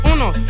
Uno